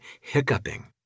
hiccuping